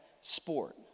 sport